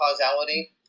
causality